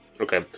Okay